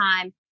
time